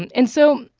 and and so,